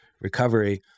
recovery